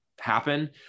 happen